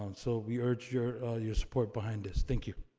and so, we urge your your support behind this. thank you.